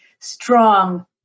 strong